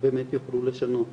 באמת יוכלו לשנות.